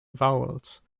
vowels